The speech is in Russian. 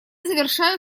завершаю